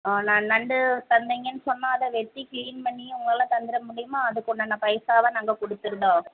ஆ ந நண்டு தந்திங்கன்னு சொன்னால் அதை வெட்டி க்ளீன் பண்ணி உங்களால் தந்துட முடியுமா அதுக்கு உண்டான பைசாவை நாங்கள் கொடுத்துருதோம்